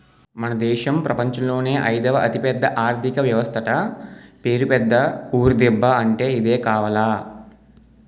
మన దేశం ప్రపంచంలోనే అయిదవ అతిపెద్ద ఆర్థిక వ్యవస్థట పేరు పెద్ద ఊరు దిబ్బ అంటే ఇదే కావాల